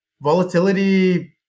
volatility